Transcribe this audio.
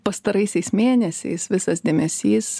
pastaraisiais mėnesiais visas dėmesys